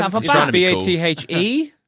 B-A-T-H-E